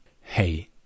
Hey